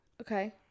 Okay